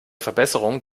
verbesserung